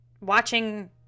watching